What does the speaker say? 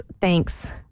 Thanks